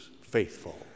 faithful